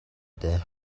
дээ